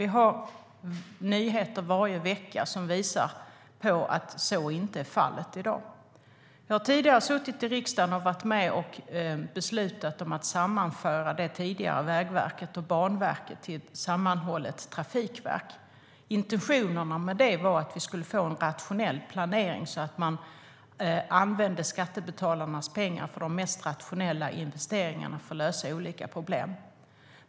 Vi hör nyheter varje vecka som visar att så inte är fallet i dag. Jag har tidigare suttit i riksdagen och varit med och beslutat om att sammanföra det tidigare Vägverket och Banverket till det sammanhållna Trafikverket. Intentionerna var att vi skulle få en rationell planering, så att man använde skattebetalarnas pengar för de mest rationella investeringarna för att lösa olika problem.